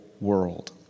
world